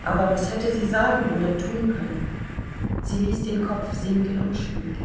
aber was hätte sie sagen oder tun können sie ließ den kopf sinken und schwieg